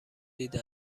دیده